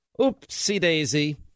Oopsie-daisy